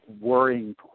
worrying